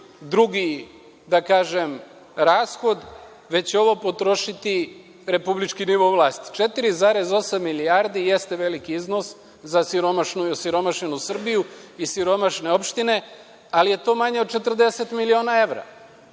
drugi, da kažem, rashod, već će ovo potrošiti republički nivo vlasti. Jeste veliki iznos 4,8 milijardi za siromašnu i osiromašenu Srbiju i siromašne opštine, ali je to manje od 40 miliona evra.